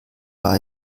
war